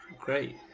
Great